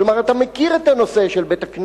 כלומר, אתה מכיר את הנושא של בית-הכנסת,